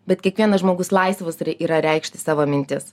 bet kiekvienas žmogus laisvas yra reikšti savo mintis